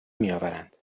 میآورند